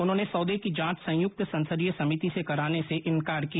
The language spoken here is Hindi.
उन्होंने सौदे की जांच संयुक्त संसदीय समिति से कराने से इंकार किया